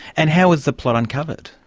and how was the plot uncovered?